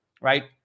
Right